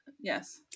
yes